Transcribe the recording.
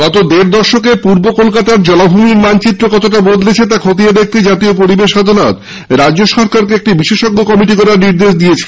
গত দেড় দশকে পূর্ব কলকাতার জলাভূমির মানচিত্র কতটা বদলেছে তা খতিয়ে দেখতে জাতীয় পরিবেশ আদালত রাজ্য সরকারকে একটি বিশেষজ্ঞ কমিটি গড়ার নির্দেশ দিয়েছে